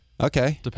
Okay